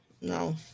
No